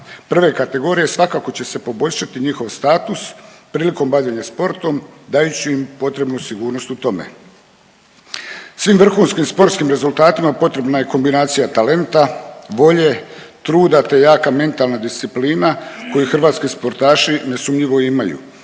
prve kategorije svakako će se poboljšati njihov status prilikom bavljenja sportom dajući im potrebnu sigurnost u tome. Svim vrhunskim sportskim rezultatima potrebna je kombinacija talenta, volje, truda te jaka mentalna disciplina koju hrvatski sportaši nesumnjivo imaju,